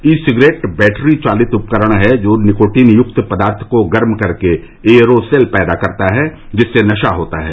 ई cigarette battery चालित उपकरण है जो निकोटीन युक्त पदार्थ को गर्म करके एयरोसोल पैदा करता है जिससे नशा होता है